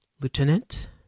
Lieutenant